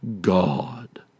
God